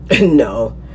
no